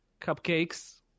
Cupcakes